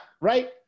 right